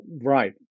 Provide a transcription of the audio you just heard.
right